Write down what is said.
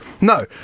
no